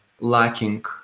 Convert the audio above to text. lacking